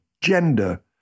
gender